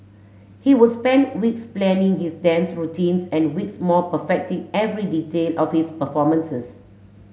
he would spend weeks planning his dance routines and weeks more perfecting every detail of his performances